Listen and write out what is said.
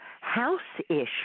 house-ish